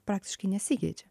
praktiškai nesikeičia